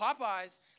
Popeye's